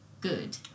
good